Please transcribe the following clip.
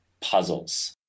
puzzles